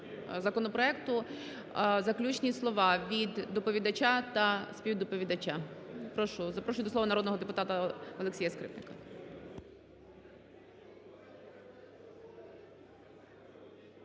законопроекту. Заключні слова від доповідача та співдоповідача. Прошу. Запрошую до слова народного депутата Олексія Скрипника.